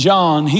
John